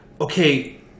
okay